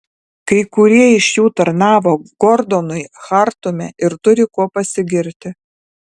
kai kurie iš jų tarnavo gordonui chartume ir turi kuo pasigirti